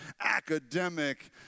academic